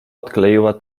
odkleiła